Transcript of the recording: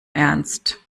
ernst